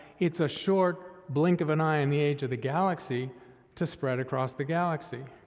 it's a short blink of an eye in the age of the galaxy to spread across the galaxy.